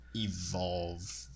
evolve